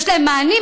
יש להם מענים?